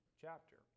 chapter